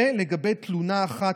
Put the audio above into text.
לגבי תלונה אחת,